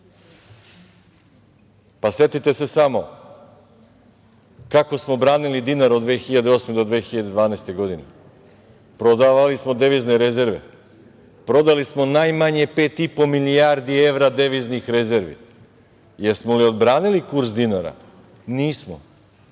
Setite se samo kako smo branili dinar od 2008. do 2012. godine. Prodavali smo devizne rezerve, prodali smo najmanje 5,5 milijardi evra deviznih rezervi. Da li smo odbranili kurs dinara? Nismo.